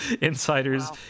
insiders